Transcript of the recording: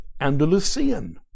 Andalusian